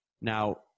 Now